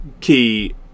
key